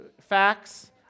facts